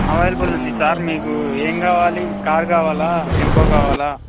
available ఉంది sir మీకు ఏం కావాలి కార్ కావాలా టెంపో కావాలా